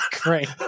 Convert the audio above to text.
Great